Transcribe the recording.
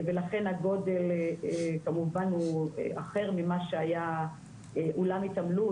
ולכן הגודל כמובן הוא אחר ממה שהיה אולם התעמלות,